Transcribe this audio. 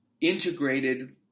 integrated